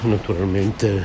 Naturalmente